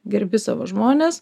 gerbi savo žmones